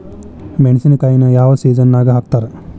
ಮೆಣಸಿನಕಾಯಿನ ಯಾವ ಸೇಸನ್ ನಾಗ್ ಹಾಕ್ತಾರ?